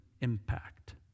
impact